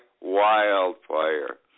wildfire